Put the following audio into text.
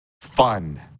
fun